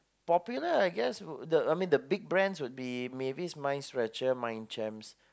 popular I guess the big brands would be maybe Mavis MindStretcher MindChamps